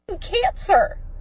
cancer